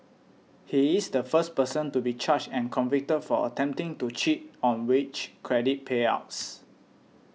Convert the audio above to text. he is the first person to be charged and convicted for attempting to cheat on wage credit payouts